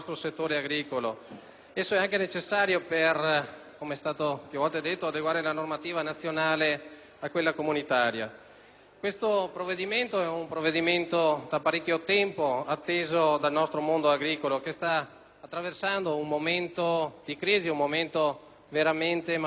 Esso è anche necessario, come è stato più volte detto, per adeguare la normativa nazionale a quella comunitaria. Questo provvedimento è atteso da parecchio tempo dal nostro mondo agricolo che sta attraversando un momento di crisi veramente forte.